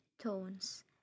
tones